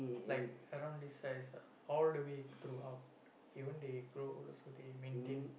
like around this size ah all the way throughout even they grow old also they maintain